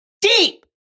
Deep